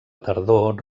tardor